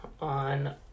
on